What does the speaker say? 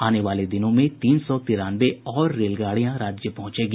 आने वाले दिनों में तीन सौ तिरानवे और रेलगाडियां राज्य में पहुंचेंगी